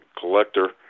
collector